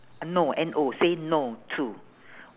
uh no N O say no to